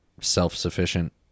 self-sufficient